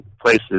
places